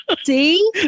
See